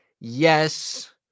Yes